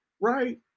right